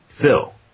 Phil